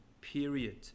period